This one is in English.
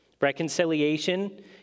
Reconciliation